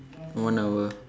one hour